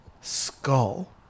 skull